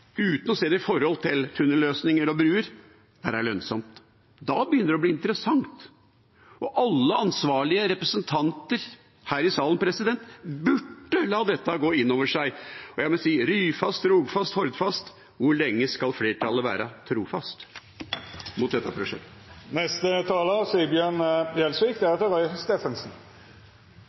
uten å se det i forhold til tunnelløsninger og bruer, være lønnsomt. Da begynner det å bli interessant. Alle ansvarlige representanter her i salen burde ta dette inn over seg. Jeg må si: Ryfast, Rogfast, Hordfast – hvor lenge skal flertallet være trofast mot